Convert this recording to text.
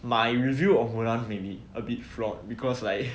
my review of mulan maybe a bit fraud because like